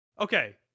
Okay